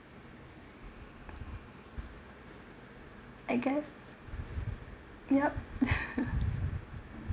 I guess yup